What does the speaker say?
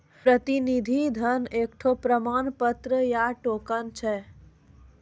प्रतिनिधि धन एकठो प्रमाण पत्र या टोकन छै